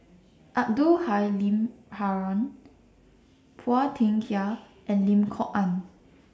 Abdul Halim Haron Phua Thin Kiay and Lim Kok Ann